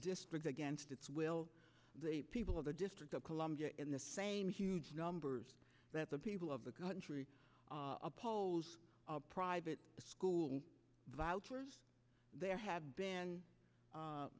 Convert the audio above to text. district against its will the people of the district of columbia in the same huge numbers that the people of the country oppose private school vouchers there have been